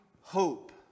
hope